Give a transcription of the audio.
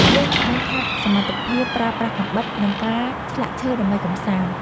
យើងក៏អាចហាត់សមត្ថភាពប្រើប្រាស់កាំបិត និងការឆ្លាក់ឈើដើម្បីកម្សាន្ត។